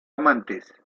amantes